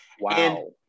Wow